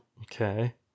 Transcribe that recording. Okay